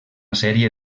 sèrie